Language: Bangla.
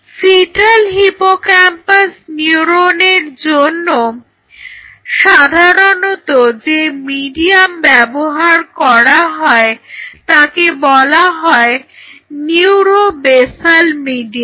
ফিটাল হিপোক্যাম্পাস নিউরনের জন্য সাধারণত যে মিডিয়াম ব্যবহার করা হয় তাকে বলা হয় নিউরো বেসাল মিডিয়াম